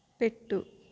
పెట్టు